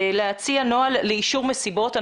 להציע נוהל לאישור מסיבות.